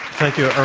thank you,